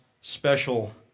special